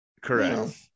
Correct